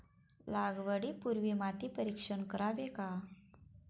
लागवडी पूर्वी माती परीक्षण करावे का?